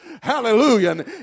Hallelujah